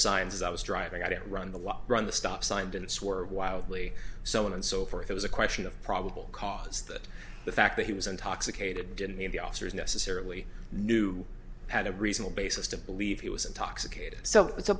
signs i was driving i didn't run the walk run the stop sign didn't swear wildly so on and so forth it was a question of probable cause that the fact that he was intoxicated didn't mean the officers necessarily knew had a reasonable basis to believe he was intoxicated so it's a